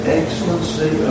excellency